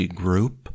group